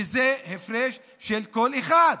שזה בהפרש של קול אחד.